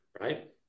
right